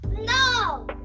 No